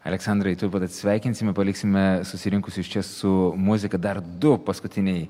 aleksandrai turbūt atsisveikinsime paliksime susirinkusius čia su muzika dar du paskutiniai